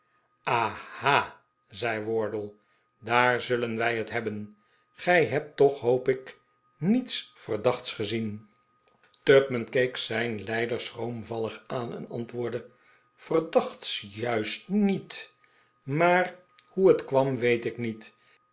aha zei wardle daar zullen wij het hebben gij hebt toch hoop ik niets verdachts gezien tupman keek zijn leider schroomvallig aan en antwoordde verdachts juist niet maar hoe het kwam weet ik niet